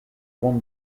won